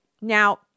Now